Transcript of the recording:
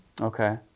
Okay